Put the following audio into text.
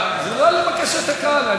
זה לא לבקשת הקהל.